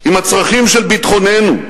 עם הצרכים של ביטחוננו,